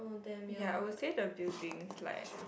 ya I would say the buildings like